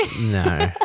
No